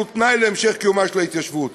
שהוא תנאי להמשך קיומה של ההתיישבות,